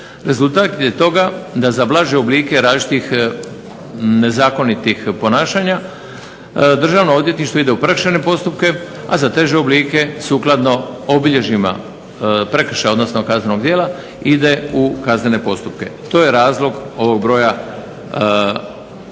Rezultat je toga da za blaže oblike različitih nezakonitih ponašanja Državno odvjetništvo ide u prekršajne postupke, a za teže oblike sukladno obilježjima prekršaja odnosno kaznenog djela ide u kaznene postupke. To je razlog ovog broja pada